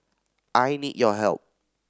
I need your help